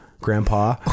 grandpa